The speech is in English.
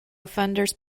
offenders